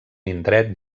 indret